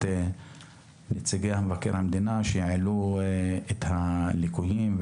נציגי משרד מבקר המדינה שהציגו את הליקויים,